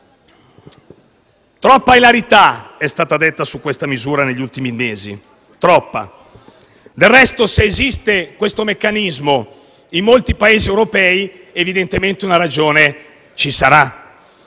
troppa ilarità negli ultimi mesi, troppa. Del resto, se esiste questo meccanismo in molti Paesi europei, evidentemente una ragione ci sarà.